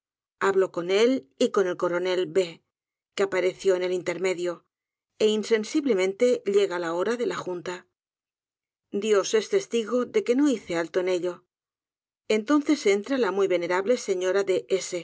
habló con él y con el'corónél b que apareció en el intermedió é insensiblemente llega la hora de la junta dios es testigo de que ño hice alto en d i o entonces entra la muy verierfetbíe señora de